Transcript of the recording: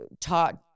taught